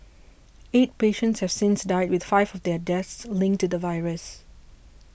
eight patients have since died with five of their deaths linked to the virus